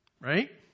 right